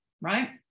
right